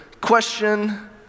question